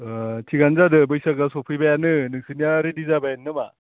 ओह थिकआनो जादों बैसागोआ सौफैबायानो नोंसोरनिया रेदि जाबायानो नामा